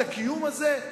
את הקיום הזה?